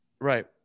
Right